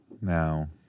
Now